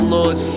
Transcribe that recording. Lord